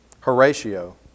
Horatio